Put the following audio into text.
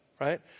right